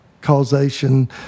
causation